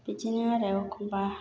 बिदिनो आरो एखमबा